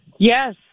Yes